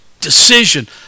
decision